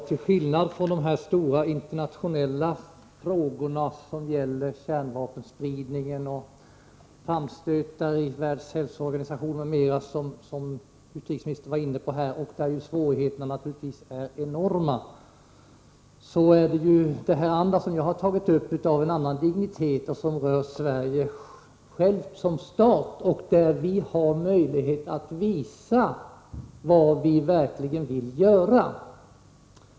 Herr talman! Jämfört med de stora internationella frågorna som gäller kärnvapenspridningen och framstötar i Världshälsoorganisationen m.m., som utrikesministern var inne på och där svårigheterna naturligtvis är enorma, är den fråga jag har tagit upp av en annan dignitet. Den berör Sverige självt som stat, och där finns en möjlighet för oss att visa vad vi verkligen vill göra.